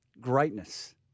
greatness